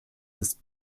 ist